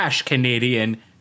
canadian